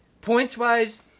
points-wise